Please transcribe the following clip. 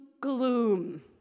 gloom